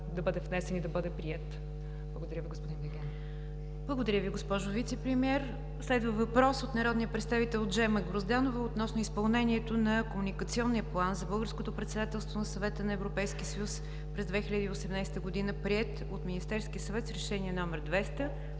да бъде внесен и да бъде приет. Благодаря Ви, господин Вигенин. ПРЕДСЕДАТЕЛ НИГЯР ДЖАФЕР: Благодаря Ви, госпожо Вицепремиер. Следва въпрос от народния представител Джема Грозданова относно изпълнението на Комуникационния план за българското председателство на Съвета на Европейския съюз през 2018 г., приет от Министерския съвет с Решение № 200